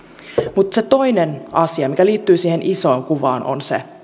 mutta se toinen asia mikä liittyy siihen isoon kuvaan on se